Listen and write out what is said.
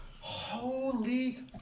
Holy